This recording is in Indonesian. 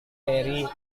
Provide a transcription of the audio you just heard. mary